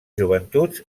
joventuts